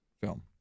film